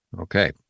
Okay